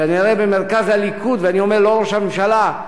כנראה במרכז הליכוד, ואני אומר, לא ראש הממשלה,